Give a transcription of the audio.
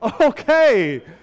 okay